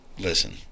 Listen